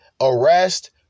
arrest